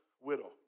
widow